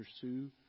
pursue